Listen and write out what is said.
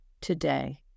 today